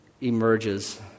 emerges